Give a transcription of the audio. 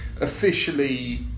officially